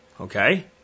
okay